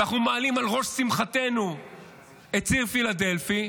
ואנחנו מעלים על ראש שמחתנו את ציר פילדלפי.